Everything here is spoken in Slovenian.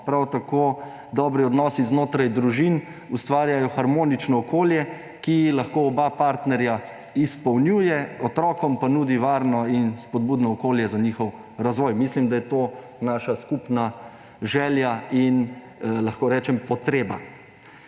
Prav tako dobri odnosi znotraj družin ustvarjajo harmonično okolje, ki lahko oba partnerja izpolnjuje, otrokom pa nudi varno in spodbudno okolje za njihov razvoj. Mislim, da je to naša skupna želja in, lahko rečem, potreba.